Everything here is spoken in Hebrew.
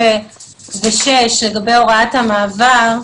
לגבי הוראת המעבר.